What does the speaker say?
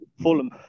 Fulham